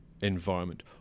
environment